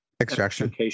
Extraction